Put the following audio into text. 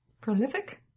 Prolific